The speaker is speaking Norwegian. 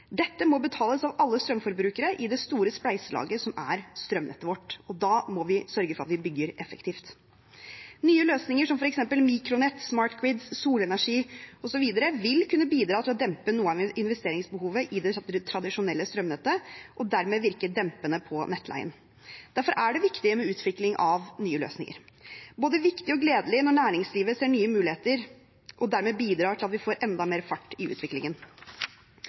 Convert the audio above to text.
Dette må betales av alle strømforbrukere i det store spleiselaget som strømnettet vårt er – og da må vi sørge for at vi bygger effektivt. Nye løsninger, som f.eks. mikronett, smart grids, solenergi osv., vil kunne bidra til å dempe noe av investeringsbehovet i det tradisjonelle strømnettet og dermed virke dempende på nettleien. Derfor er det viktig med utvikling av nye løsninger. Både viktig og gledelig er det når næringslivet ser nye muligheter og dermed bidrar til at vi får enda mer fart på utviklingen.